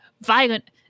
violent